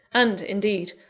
and, indeed,